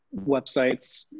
websites